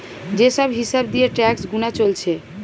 যে সব হিসাব দিয়ে ট্যাক্স গুনা চলছে